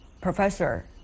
Professor